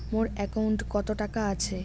মোর একাউন্টত কত টাকা আছে?